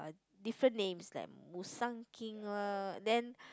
different names like Mao-Shan-King lah then